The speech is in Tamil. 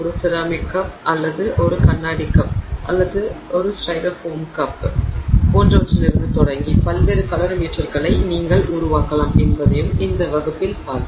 ஒரு கப் செராமிக் கப் அல்லது ஒரு கண்ணாடி கப் அல்லது ஸ்டைரோஃபோம் கப் போன்றவற்றிலிருந்து தொடங்கி பல்வேறு கலோரிமீட்டர்களை நீங்கள் உருவாக்கலாம் என்பதையும் இந்த வகுப்பில் பார்த்தோம்